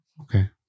okay